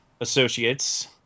associates